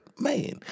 man